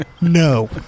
no